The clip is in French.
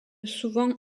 souvent